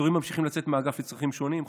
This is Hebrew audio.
העצורים ממשיכים לצאת מהאגף לצרכים שונים,